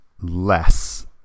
less